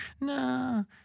No